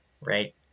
right